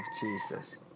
Jesus